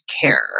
care